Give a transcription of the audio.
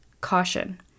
caution